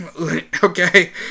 Okay